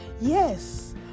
Yes